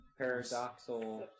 paradoxal